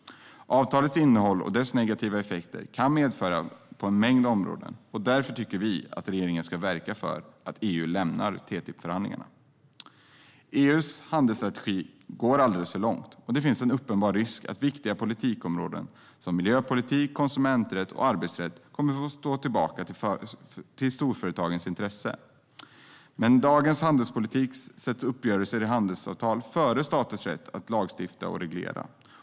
Avtalets innehåll kan medföra negativa effekter på en mängd områden, och därför tycker vi att regeringen ska verka för att EU lämnar TTIP-förhandlingarna. EU:s handelsstrategi går alldeles för långt, och det finns en uppenbar risk för att viktiga politikområden som miljöpolitik, konsumenträtt och arbetsrätt kommer att få stå tillbaka till förmån för storföretagens intressen. Med dagens handelspolitik sätts uppgörelser i handelsavtal före staters rätt att lagstifta och reglera.